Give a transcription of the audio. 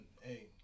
Hey